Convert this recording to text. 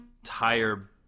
entire